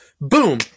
boom